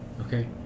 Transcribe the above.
okay